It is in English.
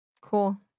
Cool